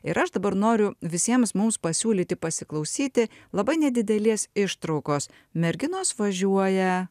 ir aš dabar noriu visiems mums pasiūlyti pasiklausyti labai nedidelės ištraukos merginos važiuoja